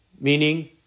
meaning